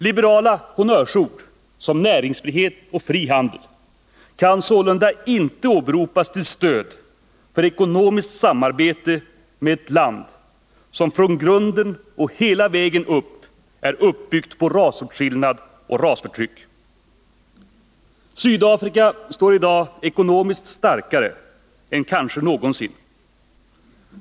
Liberala honnörsord som näringsfrihet och fri handel kan sålunda inte åberopas till stöd för ekonomiskt samarbete med ett land som från grunden och hela vägen upp är uppbyggt på rasåtskillnad och rasförtryck. Sydafrika står i dag ekonomiskt starkare än kanske någonsin.